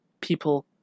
people